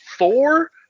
Four